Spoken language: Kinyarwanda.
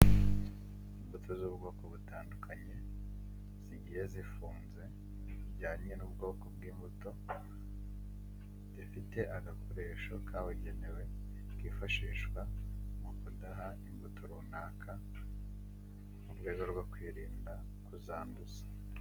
Imbuto z'ubwoko butandukanye zigiye zifunze bijyanye n'ubwoko bw'imbuto, zifite agakoresho kabugenewe kifashishwa mu kudaha imbuto runaka mu rwego rwo kwirinda kuzanduza.